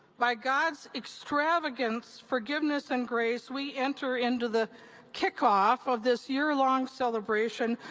by god's extravagant forgiveness and grace we enter into the kickoff of this year-long celebration,